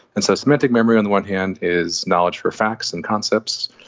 and so semantic memory on the one hand is knowledge for facts and concepts,